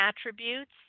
attributes